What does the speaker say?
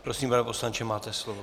Prosím, pane poslanče, máte slovo.